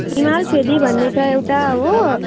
हिमाल फेदी भन्ने छ एउटा हो